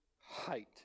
height